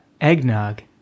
eggnog